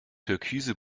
türkise